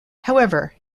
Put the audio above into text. however